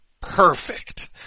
perfect